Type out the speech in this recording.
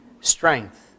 strength